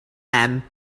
and